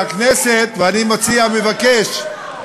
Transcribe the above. הוא שהכנסת, ואני מציע, מבקש,